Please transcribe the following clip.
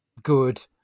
good